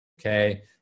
okay